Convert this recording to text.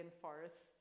forests